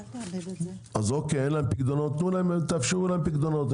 אז אוקיי, אין להם פיקדונות, תאפשרו להם פיקדונות.